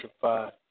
five